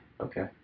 okay